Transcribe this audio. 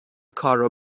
کارو